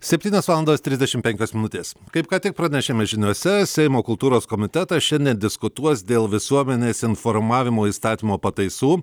septynios valandos trisdešimt penkios minutės kaip ką tik pranešėme žiniose seimo kultūros komitetas šiandien diskutuos dėl visuomenės informavimo įstatymo pataisų